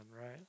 right